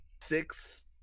six